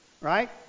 right